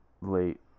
late